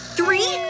Three